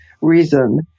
reason